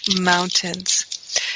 mountains